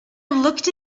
looked